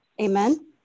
amen